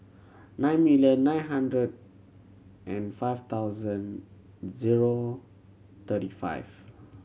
nine million nine hundred and five thousand zero thirty five